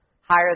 higher